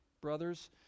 brothers